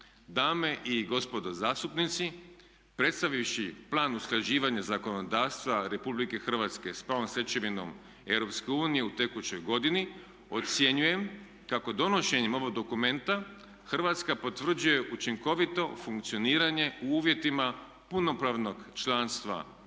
Dame i gospodo zastupnici, predstavivši plan usklađivanja zakonodavstva Republike Hrvatske sa novom stečevinom Europske unije u tekućoj godini ocjenjujem kako donošenjem ovog dokumenta Hrvatska potvrđuje učinkovito funkcioniranje u uvjetima punopravnog članstva u